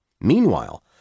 Meanwhile